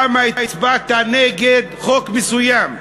למה הצבעת נגד חוק מסוים?